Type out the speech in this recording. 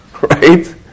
Right